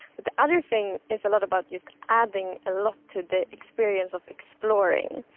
but the other thing is a lot about just adding a lot to the experience of exploring.